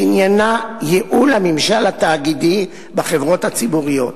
שעניינה ייעול הממשל התאגידי בחברות הציבוריות.